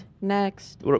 Next